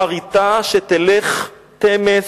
/ אחריתה שתלך תמס,